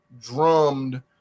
drummed